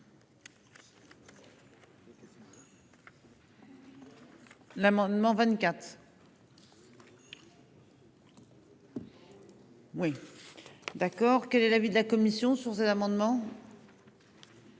L'amendement 24. Oui. D'accord que les l'avis de la commission sur ces amendements.